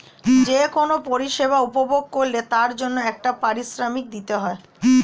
যে কোন পরিষেবা উপভোগ করলে তার জন্যে একটা পারিশ্রমিক দিতে হয়